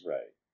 Right